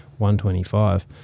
125